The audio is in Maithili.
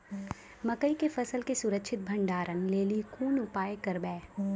मकई के फसल के सुरक्षित भंडारण लेली कोंन उपाय करबै?